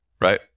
right